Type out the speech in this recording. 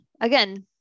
again